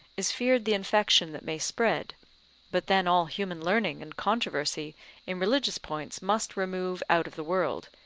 is feared the infection that may spread but then all human learning and controversy in religious points must remove out of the world,